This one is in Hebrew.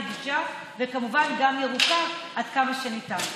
נגישה וכמובן גם ירוקה עד כמה שניתן.